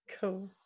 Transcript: cool